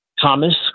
Thomas